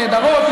נהדרות,